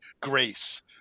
grace